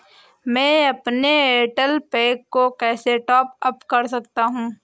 मैं अपने Airtel pack को कैसे टॉप अप कर सकता हूँ?